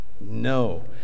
No